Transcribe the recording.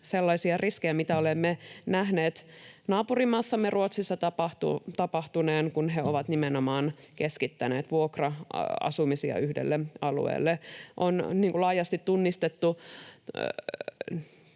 sellaisia riskejä, mitä olemme nähneet naapurimaassamme Ruotsissa tapahtuneen, kun he ovat nimenomaan keskittäneet vuokra-asumista yhdelle alueelle. On laajasti tunnistettu